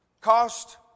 cost